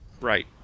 Right